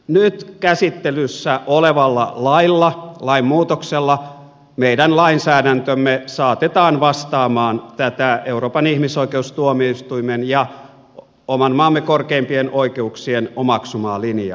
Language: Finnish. nyt käsittelyssä olevalla lainmuutoksella meidän lainsäädäntömme saatetaan vastaamaan tätä euroopan ihmisoikeustuomioistuimen ja oman maamme korkeimpien oikeuksien omaksumaa linjaa